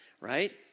right